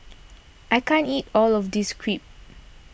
I can't eat all of this Crepe